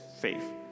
faith